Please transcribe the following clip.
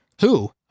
Who